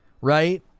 Right